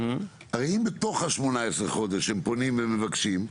הרי, אם בתוך 18 החודשים הם פונים ומבקשים.